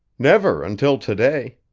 never until to-day.